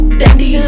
dandy